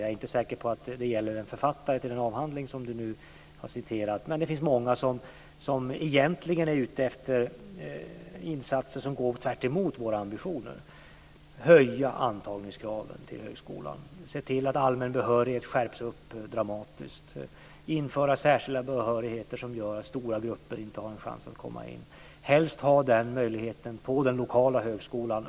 Jag är inte säker på att det gäller för författaren till den avhandling som Ulla-Britt Hagström har citerat, men det finns många som egentligen är ute efter insatser som går tvärtemot våra ambitioner. Det kan gälla att höja kraven för antagning till högskolan, att se till att den allmänna behörigheten dramatiskt skärps, att införa särskilda behörigheter som gör att stora grupper inte har en chans att komma in och att helst ha möjlighet att själv få avgöra detta på den lokala högskolan.